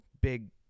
big